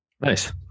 Nice